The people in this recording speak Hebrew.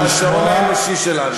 השעון האנושי שלנו.